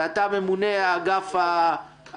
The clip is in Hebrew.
ואתה ממונה על אגף התקציבים,